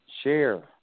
Share